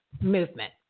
movement